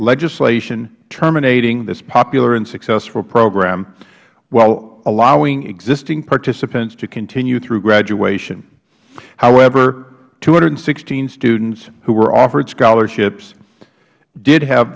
legislation terminating this popular and successful program while allowing existing participants to continue through graduation however two hundred and sixteen students who were offered scholarships did have